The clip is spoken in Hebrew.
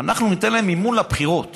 אנחנו ניתן להם מימון לבחירות